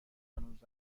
هنوز